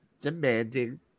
demanding